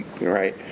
right